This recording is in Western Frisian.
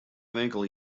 winkel